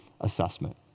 assessment